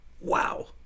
Wow